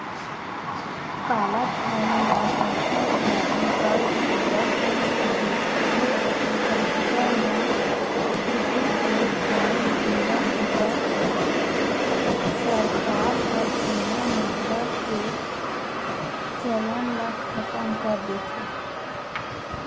कालाधन या भस्टाचारी बड़ होवत दिखथे अइसन म उदुप ले कोनो बेरा होवय सरकार ह जुन्ना मुद्रा के चलन ल खतम कर देथे